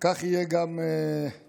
כך יהיה גם הפעם.